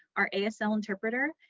our asl interpreter,